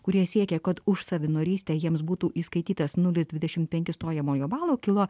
kurie siekė kad už savanorystę jiems būtų įskaitytasnulis dvidešimt penki stojamojo balo kilo